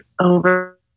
over